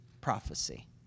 prophecy